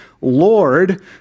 Lord